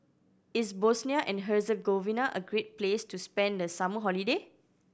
is Bosnia and Herzegovina a great place to spend the summer holiday